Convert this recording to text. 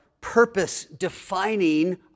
purpose-defining